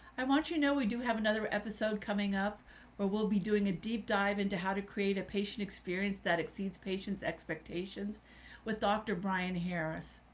i want you to know, we do have another episode coming up where we'll be doing a deep dive into how to create a patient experience that exceeds patient's expectations with dr. brian harris.